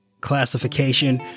classification